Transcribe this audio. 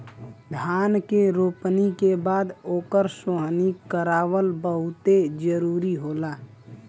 धान के रोपनी के बाद ओकर सोहनी करावल बहुते जरुरी होला